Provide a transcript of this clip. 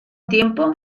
tiempo